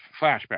flashback